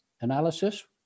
analysis